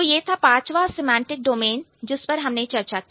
तो यह था पांचवा सेमांटिक डोमेन जिस पर हमने चर्चा की